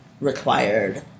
required